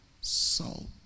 salt